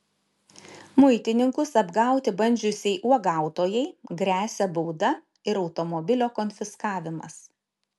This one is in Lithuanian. muitininkus apgauti bandžiusiai uogautojai gresia bauda ir automobilio konfiskavimas